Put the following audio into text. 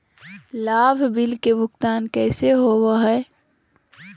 लाभ बिल के भुगतान कैसे होबो हैं?